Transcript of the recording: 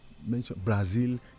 Brazil